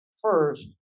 first